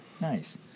Nice